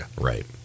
right